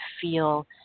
feel